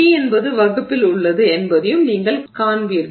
T என்பது வகுப்பில் உள்ளது என்பதையும் நீங்கள் காண்பீர்கள்